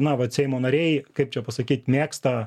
na vat seimo nariai kaip čia pasakyt mėgsta